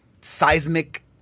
seismic